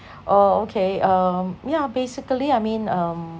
oh okay um yeah basically I mean um